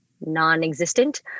non-existent